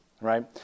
right